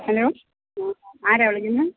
hello ആരാ വിളിക്കുന്നത്